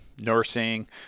nursing